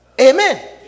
Amen